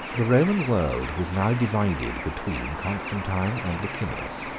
the roman world was now divided between constantine and licinius,